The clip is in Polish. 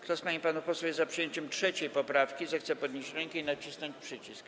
Kto z pań i panów posłów jest za przyjęciem 3. poprawki, zechce podnieść rękę i nacisnąć przycisk.